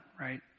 right